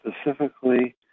specifically